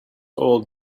old